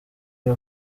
iyo